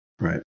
Right